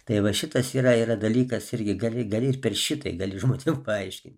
tai va šitas yra yra dalykas irgi gali gali ir per šitai gali žmonėm paaiškint